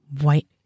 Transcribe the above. white